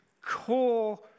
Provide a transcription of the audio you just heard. core